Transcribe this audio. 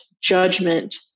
judgment